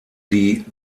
die